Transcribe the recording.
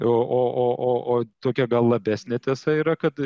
o tokia gal labesnė tiesa yra kad